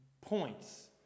points